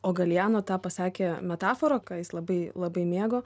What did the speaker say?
o galeano tą pasakė metafora ką jis labai labai mėgo